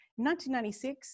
1996